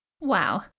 Wow